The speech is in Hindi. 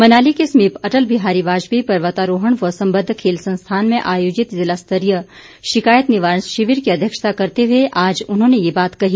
मनाली के समीप अटल बिहारी वाजपेयी पर्वतारोहण व संबद्ध खेल संस्थान में आयोजित जिला स्तरीय शिकायत निवारण शिविर की अध्यक्षता करते हुए आज उन्होंने ये बात कही